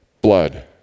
blood